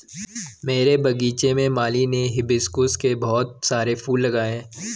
मेरे बगीचे में माली ने हिबिस्कुस के बहुत सारे फूल लगाए हैं